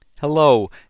Hello